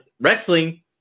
wrestling